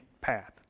Path